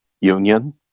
union